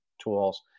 tools